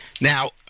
Now